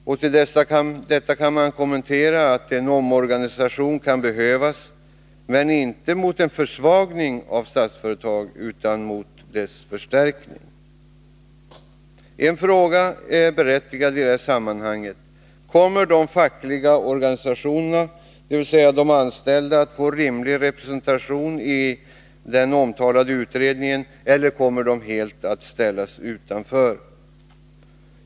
Om detta kan sägas att en omorganisation kan behövas — men inte mot en försvagning utan mot en förstärkning av Statsföretag. En fråga är berättigad i detta sammanhang: Kommer de fackliga organisationerna, dvs. de anställda, att få rimlig representation i den omtalade v'-edningen eller kommer de att ställas helt utanför?